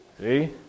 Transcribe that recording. See